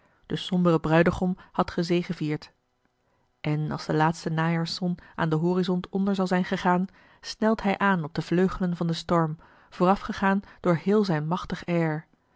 de sombere bruidegom had gezegevierd en als de laatste najaarszon aan den horizont onder zal zijn gegaan snelt hij aan op de vleugelen van den storm voorafgegaan door heel zijn machtig